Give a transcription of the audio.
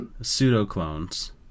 Pseudo-clones